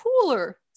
cooler